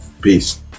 Peace